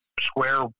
square